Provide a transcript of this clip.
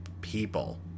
people